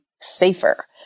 safer